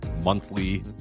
monthly